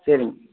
சரிங்க